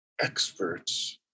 experts